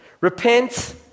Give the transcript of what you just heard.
Repent